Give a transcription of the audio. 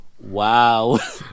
Wow